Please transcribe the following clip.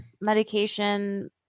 medication